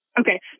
Okay